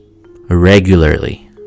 regularly